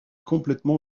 complètement